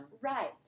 Right